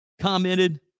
commented